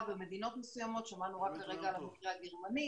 במדינות מסוימות שמענו רק כרגע על המקרה הגרמני